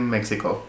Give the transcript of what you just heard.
Mexico